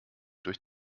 durch